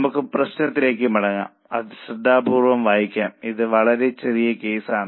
നമുക്ക് പ്രശ്നത്തിലേക്ക് മടങ്ങാം അത് ശ്രദ്ധാപൂർവ്വം വായിക്കാം ഇത് വളരെ ചെറിയ കേസാണ്